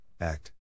act